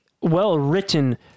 well-written